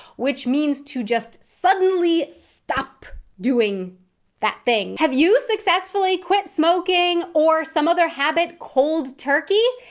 which means to just suddenly stop doing that thing. have you successfully quit smoking or some other habit cold turkey?